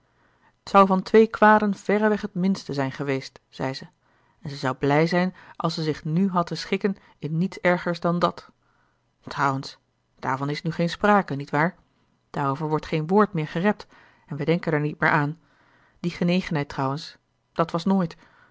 zou van twee kwaden verreweg het minste zijn geweest zei ze en ze zou blij zijn als ze zich nu had te schikken in niets ergers dan dàt trouwens daarvan is nu geen sprake niet waar daarover wordt geen woord meer gerept en we denken er niet meer aan die genegenheid trouwens dat was nooit dat